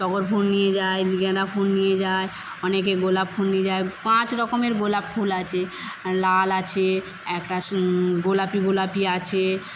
টগর ফুল নিয়ে যায় গাঁদা ফুল নিয়ে যায় অনেকে গোলাপ ফুল নিয়ে যায় পাঁচরকমের গোলাপ ফুল আছে লাল আছে একটা গোলাপি গোলাপি আছে